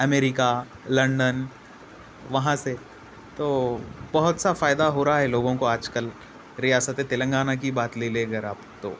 امریکہ London وہاں سے تو بہت سا فائدہ ہو رہا ہے لوگوں کو آج کل ریاست تلنگانہ کی بات لے لیں اگر آپ تو